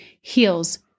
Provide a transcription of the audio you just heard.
heals